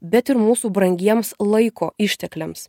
bet ir mūsų brangiems laiko ištekliams